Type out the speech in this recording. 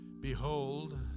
Behold